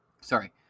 Sorry